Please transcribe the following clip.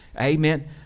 amen